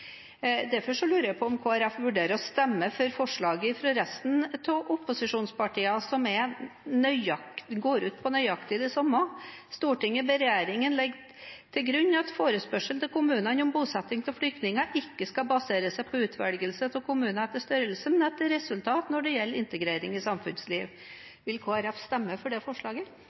Derfor lurer jeg på om Kristelig Folkeparti vurderer å stemme for forslaget fra resten av opposisjonspartiene som går ut på nøyaktig det samme: «Stortinget ber regjeringen legge til grunn at forespørsel til kommunene om bosetting av flyktninger ikke skal baseres på utvelgelse av kommuner etter størrelse, men etter resultater når det gjelder integrering i samfunnsliv.» Vil Kristelig Folkeparti stemme for det forslaget?